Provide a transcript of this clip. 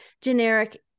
generic